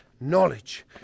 knowledge